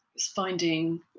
finding